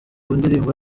ndirimbo